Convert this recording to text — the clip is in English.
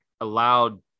allowed